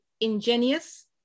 ingenious